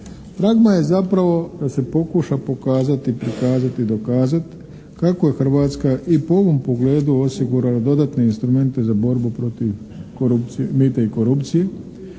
Pragma je zapravo da se pokuša pokazati, prikazati, dokazat kako je Hrvatska i po ovom pogledu osigurala dodatne instrumente za borbu protiv mita i korupcije